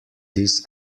this